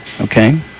okay